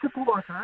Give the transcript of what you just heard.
supporter